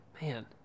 man